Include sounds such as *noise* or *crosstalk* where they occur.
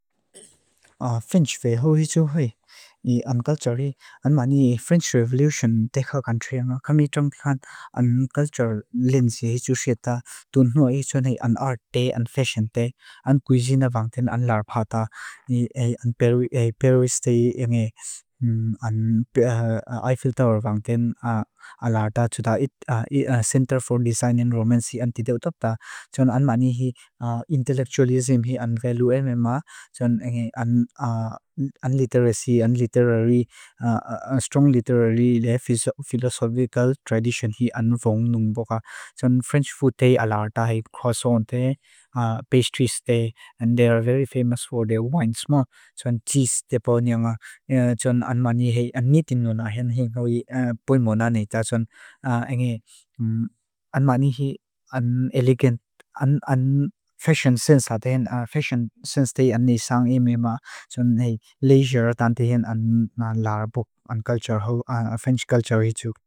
French fei hau hi tsu hoi. Ni ang kaltsari, ang mani French Revolution dekha kantri anga. Kami trang khant, ang kaltsar linsi hi tsu xeta. Tunua hi tsunei ang art dey, ang fashion dey. Ang kuisina vangten ang lar bhata. Ang *hesitation* perwis dey, ang *hesitation* iffle-tower vangten, a lar da tsuda Center for Design and Romance hi antideu topta. Tsuna ang mani hi intellectualism hi ang velu emema. Tsuna *hesitation* ang literacy, strong literary, philosophical tradition hi ang vong nung boka. Tsuna French food dey a lar da hi croissant dey, pastries dey. And they are very famous for their wines ma. Tsuna cheese depo nyonga. Tsuna ang mani hi, ang niti nuna hi, ang hoi boi mona ni ta. Tsuna ang mani hi, ang elegant, ang *hesitation* fashion sense la day. Fashion sense day a ni sang emema. Tsuna hi leisure dan day ang lar bok, ang culture ho, a French culture hi tsu.